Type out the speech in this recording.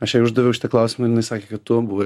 aš jai uždaviau šitą klausimą jinai sakė kad tu buvai